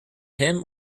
him